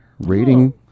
rating